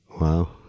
Wow